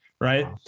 right